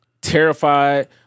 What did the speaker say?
Terrified